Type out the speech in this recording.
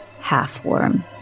half-worm